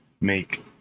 make